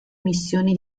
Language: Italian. missioni